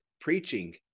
preaching